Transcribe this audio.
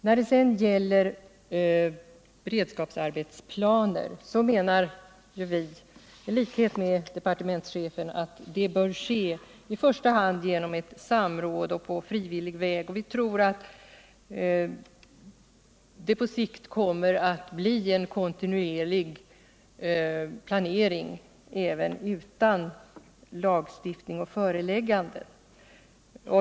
Om utformningen av beredskapsarbetsplaner menar vi, i likhet med departementschefen, att ett samråd bör ske på frivillig väg. Vi tror att det på sikt kommer att bli en kontinuerlig planering även utan lagstiftning och föreläggande.